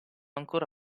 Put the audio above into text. ancora